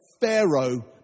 Pharaoh